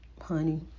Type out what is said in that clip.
Honey